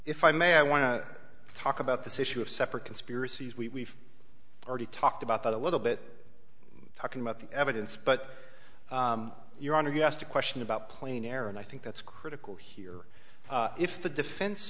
if i may i want to talk about this issue of separate conspiracies we already talked about that a little bit talking about the evidence but your honor you asked a question about playing air and i think that's critical here if the defense